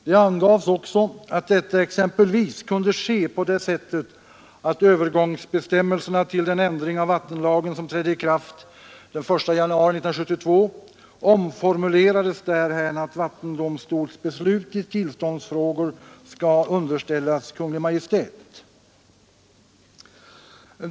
Det angavs också att detta exempelvis kunde ske på det sättet att övergångsbestämmelserna till den ändring av vattenlagen som trädde i kraft den 1 januari 1972 omformulerades därhän att vattendomstolsbeslut i tillståndsfrågor skall underställas Kungl. Maj:t.